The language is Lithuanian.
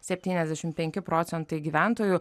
septyniasdešimt penki procentai gyventojų